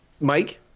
Mike